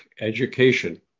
education